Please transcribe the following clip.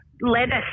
lettuce